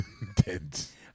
Intense